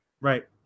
Right